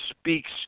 speaks